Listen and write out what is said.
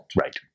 Right